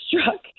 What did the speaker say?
struck